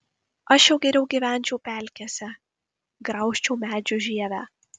aš jau geriau gyvenčiau pelkėse graužčiau medžių žievę